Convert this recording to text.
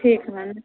ठीक है मैम